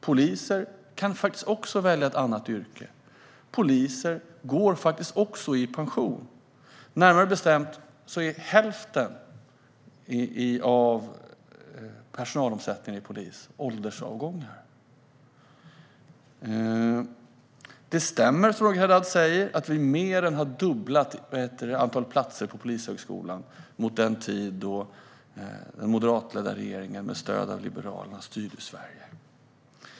De kan faktiskt också välja ett annat yrke, och de går också i pension. Närmare bestämt utgörs hälften av personalomsättningen inom polisen av åldersavgångar. Det stämmer som Roger Haddad säger att vi har mer än dubblat antalet platser på Polishögskolan, jämfört med den tid då den moderatledda regeringen med stöd av Liberalerna styrde Sverige.